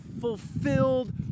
fulfilled